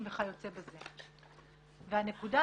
והנקודה,